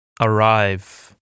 arrive